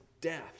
death